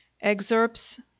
Excerpts